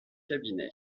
cabinet